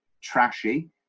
trashy